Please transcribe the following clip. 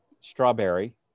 Strawberry